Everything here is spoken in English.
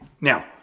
Now